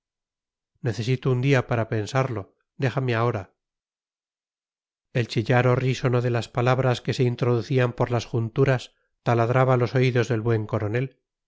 necesito un día para pensarlo déjame ahora el chillar horrísono de las palabras que se introducían por las junturas taladraba los oídos del buen coronel